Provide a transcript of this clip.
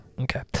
Okay